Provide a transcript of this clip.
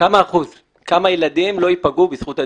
כמה ילדים לא ייפגעו בזכות ה-DNS?